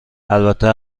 البته